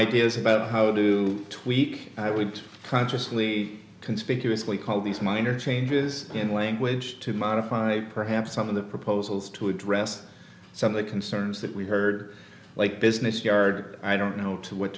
ideas about how do tweak i would consciously conspicuously call these minor changes in language to modify perhaps some of the proposals to address some of the concerns that we heard like business yard i don't know to what